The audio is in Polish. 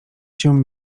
cię